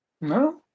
No